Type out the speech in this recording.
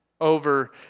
over